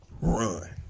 run